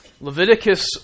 Leviticus